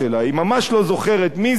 היא ממש לא זוכרת מי זה,